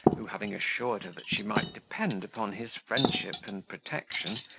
who, having assured her that she might depend upon his friendship and protection,